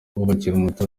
umuturage